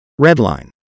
Redline